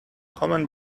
common